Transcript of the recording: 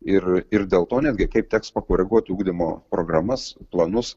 ir ir dėl to netgi kaip teks pakoreguoti ugdymo programas planus